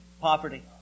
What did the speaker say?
poverty